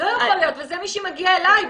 מישהי מגיעה אליי במקרה,